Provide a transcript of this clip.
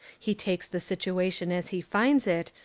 he takes the situa tion as he finds it,